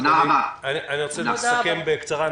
אני רוצה לסכם בקצרה.